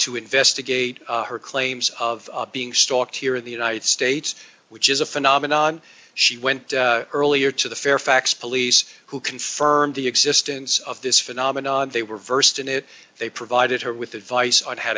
to investigate her claims of being stalked here in the united states which is a phenomenon she went early or to the fairfax police who confirmed the existence of this phenomenon they were versed in it they provided her with advice on how